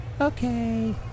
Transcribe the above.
Okay